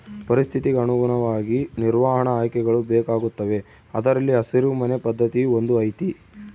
ಪರಿಸ್ಥಿತಿಗೆ ಅನುಗುಣವಾಗಿ ನಿರ್ವಹಣಾ ಆಯ್ಕೆಗಳು ಬೇಕಾಗುತ್ತವೆ ಅದರಲ್ಲಿ ಹಸಿರು ಮನೆ ಪದ್ಧತಿಯೂ ಒಂದು ಐತಿ